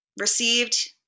received